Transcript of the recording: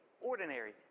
ordinary